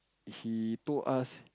he told us